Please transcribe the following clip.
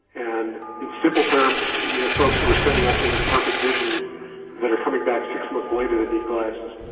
and in simple terms, we have folks who we are sending up there with perfect vision that are coming back six months later that need glasses.